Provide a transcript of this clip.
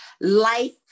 life